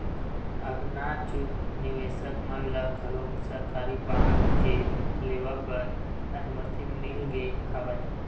अब नानचुक निवेसक मन ल घलोक सरकारी बांड के लेवब बर अनुमति मिल गे हवय